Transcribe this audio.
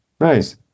Nice